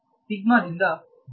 ಸಿಗ್ಮಾದಿಂದ ಭಾಗಿಸಿ